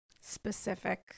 specific